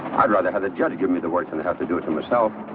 i'd rather have the judge give me the work in the have to do it for myself.